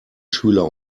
schüler